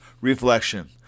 reflection